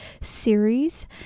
series